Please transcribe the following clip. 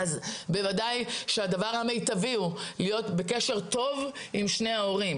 בוודאי שהדבר המיטבי הוא להיות בקשר טוב עם שניהם.